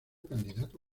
candidato